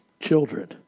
children